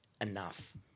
enough